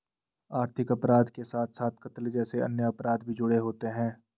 आर्थिक अपराध के साथ साथ कत्ल जैसे अन्य अपराध भी जुड़े होते हैं